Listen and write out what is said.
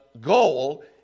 goal